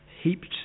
heaped